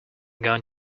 going